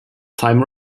time